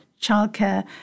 childcare